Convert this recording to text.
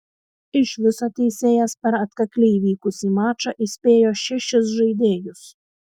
iš viso teisėjas per atkakliai vykusį mačą įspėjo šešis žaidėjus